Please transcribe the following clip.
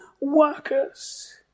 workers